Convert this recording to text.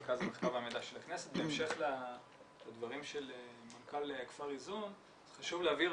בהמשך לדברים של מנכ"ל כפר איזון חשוב להבהיר,